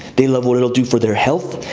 they love what it'll do for their health,